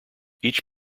each